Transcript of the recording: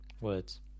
Words